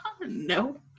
no